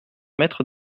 maître